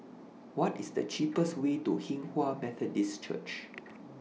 What IS The cheapest Way to Hinghwa Methodist Church